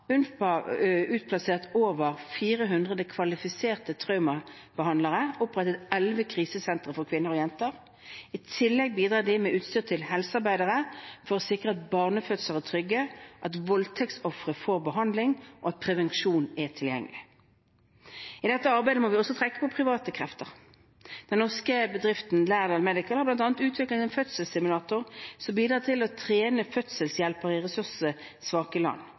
UNFPA utplassert over 400 kvalifiserte traumabehandlere og opprettet elleve krisesentre for kvinner og jenter. I tillegg bidrar de med utstyr til helsearbeidere for å sikre at barnefødsler er trygge, at voldtektsofre får behandling, og at prevensjon er tilgjengelig. I dette arbeidet må vi også trekke på private krefter. Den norske bedriften Laerdal Medical har bl.a. utviklet en fødselssimulator som bidrar å trene fødselshjelpere i ressurssvake land. Deres utstyr distribueres i over 70 land